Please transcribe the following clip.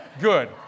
good